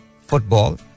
football